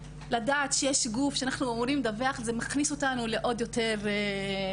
הידיעה שיש גוף שאנחנו אמורים לדווח לו מכניסה אותנו עוד יותר לעשייה.